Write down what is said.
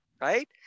right